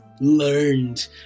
learned